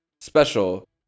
special